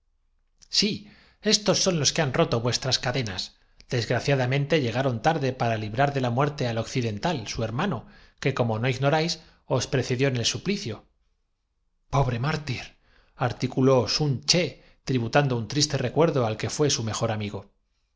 sí estos son los que han roto vuestras cadenas desgraciadamente llegaron tarde para librar de la muerte al occidental su hermano que como no igno ráis os precedió en el suplicio pobre mártir articuló sun ché tributando un capítulo xv triste recuerdo al que fué su mejor amigo